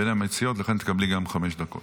בין המציעים, לכן תקבלי גם חמש דקות.